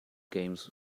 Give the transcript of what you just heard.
games